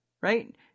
right